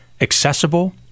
accessible